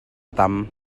tam